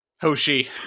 Hoshi